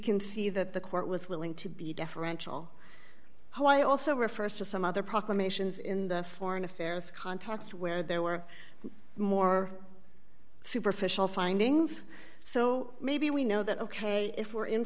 can see that the court with willing to be deferential why also refers to some other proclamations in the foreign affairs context where there were more superficial findings so maybe we know that ok if we're in